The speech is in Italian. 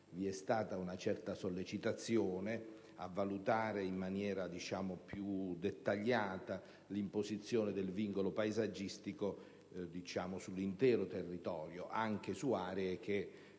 vi è stata una certa sollecitazione a valutare in maniera più dettagliata l'imposizione del vincolo paesaggistico sull'intero territorio comunale, anche su aree che,